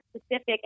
specific